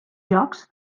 jocs